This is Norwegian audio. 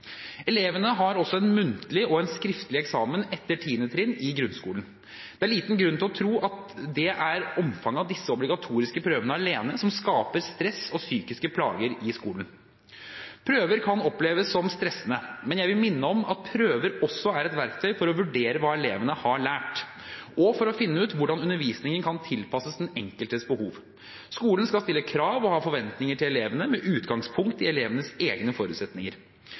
Elevene har også en muntlig og en skriftlig eksamen etter 10. trinn i grunnskolen. Det er liten grunn til å tro at det er omfanget av disse obligatoriske prøvene alene som skaper stress og psykiske plager i skolen. Prøver kan oppleves som stressende, men jeg vil minne om at prøver også er et verktøy for å vurdere hva elevene har lært, og for å finne ut hvordan undervisningen kan tilpasses den enkeltes behov. Skolen skal stille krav og ha forventninger til elevene, med utgangspunkt i elevenes egne forutsetninger.